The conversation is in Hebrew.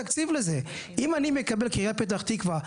אם אני מקבל, כעיריית פתח-תקווה,